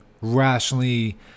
rationally